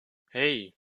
hey